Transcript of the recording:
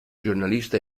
giornalista